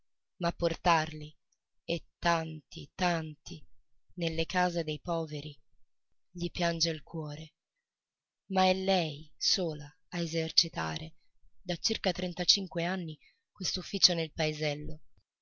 ma portarli e tanti tanti nelle case dei poveri gli piange il cuore ma è lei sola a esercitare da circa trentacinque anni quest'ufficio nel paesello